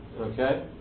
Okay